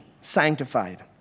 sanctified